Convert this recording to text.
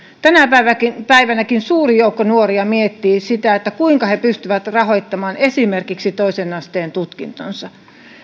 tänäkin tänäkin päivänä suuri joukko nuoria miettii sitä kuinka he pystyvät rahoittamaan esimerkiksi toisen asteen tutkintonsa